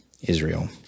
Israel